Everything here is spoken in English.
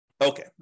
Okay